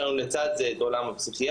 לצד זה, יש לנו את עולם הפסיכיאטריה.